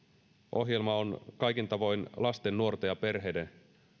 ohjelma on kaikin tavoin lasten nuorten ja perheiden